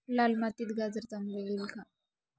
लाल मातीत गाजर चांगले येईल का?